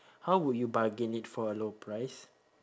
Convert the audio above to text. how would you bargain it for a low price